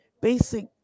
basic